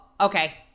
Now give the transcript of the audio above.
okay